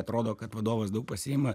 atrodo kad vadovas daug pasiima